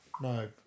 No